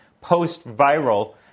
post-viral